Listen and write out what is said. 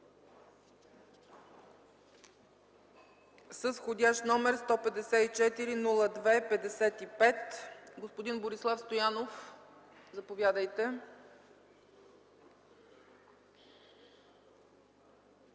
с вх. № 154-02-55. Господин Борислав Стоянов, заповядайте.